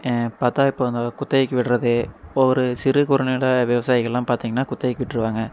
பார்த்தா இப்போ அந்த குத்தகைக்கு விடுறது இப்போ ஒரு சிறுகுறு நில விவசாயிகள்லாம் பார்த்திங்கனா குத்தகைக்கு விட்டுருவாங்க